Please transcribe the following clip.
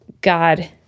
God